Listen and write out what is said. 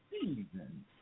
season